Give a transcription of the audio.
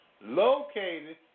Located